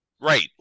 Right